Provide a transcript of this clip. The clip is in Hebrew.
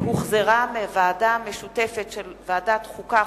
שהחזירה הוועדה המשותפת של ועדת החוקה,